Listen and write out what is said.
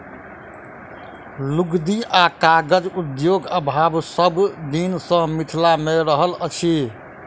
लुगदी आ कागज उद्योगक अभाव सभ दिन सॅ मिथिला मे रहल अछि